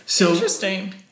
Interesting